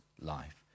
life